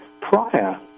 prior